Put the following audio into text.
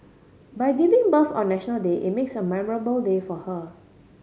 by giving birth on National Day it marks a memorable day for her